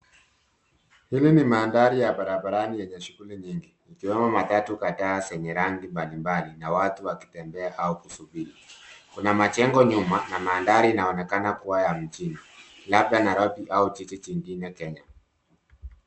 Hili ni mandhari ya barabarani yenye shughuli nyingi ikiwemo matatu kadhaa zenye rangi mbalimbali na watu wakitembea au kusubiri. Kuna majengo nyuma na mandhari inaonekana kuwa ya mjini labda Nairobi au jiji jingine Kenya.